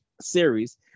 series